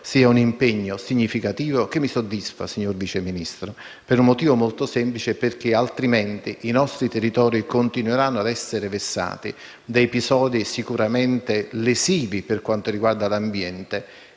sia un impegno significativo che mi soddisfa, signor Vice Ministro, per un motivo molto semplice: perché altrimenti i nostri territori continueranno ad essere vessati da episodi gravemente lesivi per l'ambiente